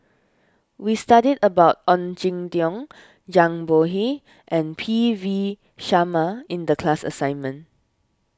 we studied about Ong Jin Teong Zhang Bohe and P V Sharma in the class assignment